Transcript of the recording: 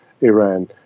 Iran